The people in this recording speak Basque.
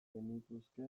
genituzke